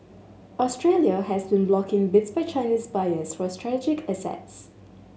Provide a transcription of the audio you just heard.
Australia has been blocking bids by Chinese buyers for strategic assets